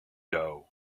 doe